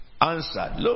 answered